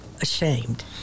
ashamed